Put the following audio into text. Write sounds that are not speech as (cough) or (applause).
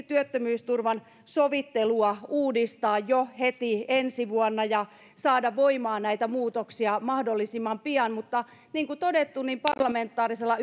(unintelligible) työttömyysturvan sovittelua uudistaa jo heti ensi vuonna ja saada voimaan näitä muutoksia mahdollisimman pian mutta niin kuin todettu parlamentaarisella (unintelligible)